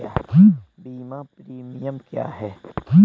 बीमा प्रीमियम क्या है?